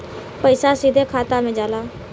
पइसा सीधे खाता में जाला